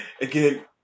Again